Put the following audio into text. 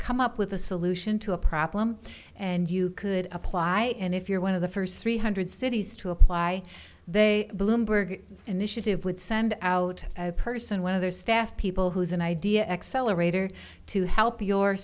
come up with a solution to a problem and you could apply it and if you're one of the first three hundred cities to apply they bloomberg initiative would send out a person one of their staff people who's an idea accelerator to help your